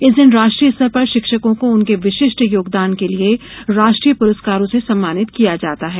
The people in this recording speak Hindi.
इस दिन राष्ट्रीय स्तर पर शिक्षकों को उनके विशिष्ट योगदान के लिए राष्ट्रीय प्रस्कारों से सम्मानित किया जाता है